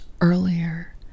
Earlier